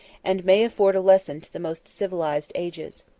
and may afford a lesson to the most civilized ages.